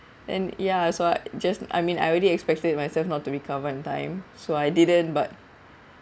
and ya so I just I mean I already expected myself not to recover in time so I didn't but